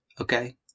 okay